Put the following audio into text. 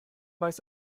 weiß